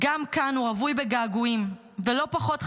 גם כאן הוא רווי בגעגועים, ולא פחות חשוב,